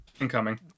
incoming